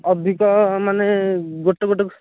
ଅଧିକ ମାନେ ଗୋଟେ ଗୋଟେ